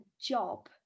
job